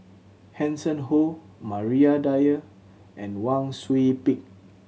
Hanson Ho Maria Dyer and Wang Sui Pick